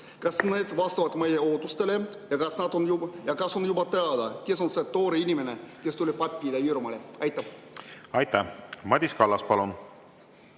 Kas need vastavad meie ootustele ja kas on juba teada, kes on see tore inimene, kes tuleb appi Ida-Virumaale? Aitäh! Madis Kallas, palun!